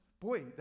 Boy